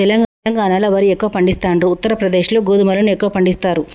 తెలంగాణాల వరి ఎక్కువ పండిస్తాండ్రు, ఉత్తర ప్రదేశ్ లో గోధుమలను ఎక్కువ పండిస్తారు